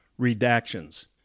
redactions